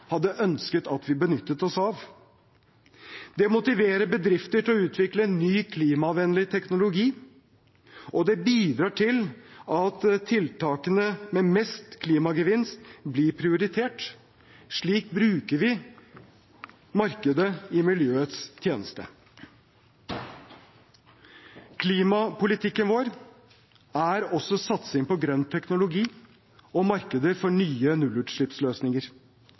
hadde ønsket at vi benyttet oss av. Det motiverer bedrifter til å utvikle ny, klimavennlig teknologi, og det bidrar til at tiltakene med best klimagevinst blir prioritert. Slik bruker vi markedet i miljøets tjeneste. Klimapolitikken vår er også satsing på grønn teknologi og markeder for nye nullutslippsløsninger.